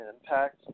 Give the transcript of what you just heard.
impact